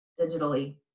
digitally